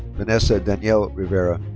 vanessa danielle rivera.